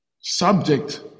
subject